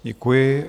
Děkuji.